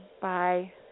Bye